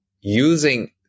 using